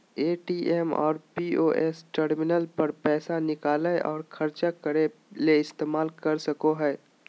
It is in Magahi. ए.टी.एम और पी.ओ.एस टर्मिनल पर पैसा निकालय और ख़र्चा करय ले इस्तेमाल कर सकय हइ